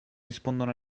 rispondono